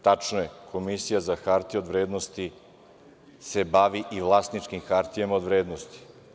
Tačno je, Komisija za hartije od vrednosti se bavi i vlasničkim hartijama od vrednosti.